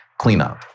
cleanup